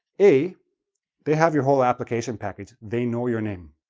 a they have your whole application package, they know your name.